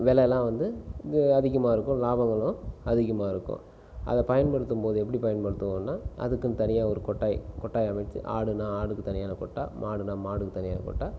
வெலைலாம் வந்து இது அதிகமாக இருக்கும் லாபங்களும் அதிகமாக இருக்கும் அதை பயன்படுத்தும் போது எப்படி பயன்படுத்துவோன்னா அதுக்குனு தனியா ஒரு கொட்டாய் கொட்டாய் அமைத்து ஆடுனா ஆடுக்கு தனியான ஒரு கொட்டாய் மாடுனா மாடுக்கு தனியான கொட்டாய்